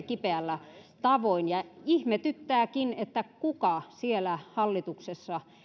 kipeällä tavalla ja ihmetyttääkin että kuka siellä hallituksessa